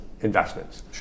investments